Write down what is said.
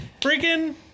Freaking